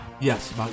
Yes